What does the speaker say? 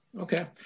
Okay